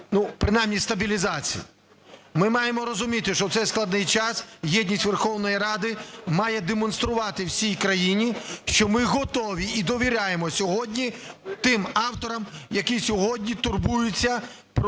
принаймні стабілізації. Ми маємо розуміти, що в цей складний час єдність Верховної Ради має демонструвати всій країні, що ми готові і довіряємо сьогодні тим авторам, які сьогодні турбуються про